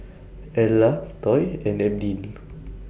Erla Toy and Abdiel